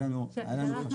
אנחנו